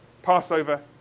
Passover